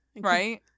Right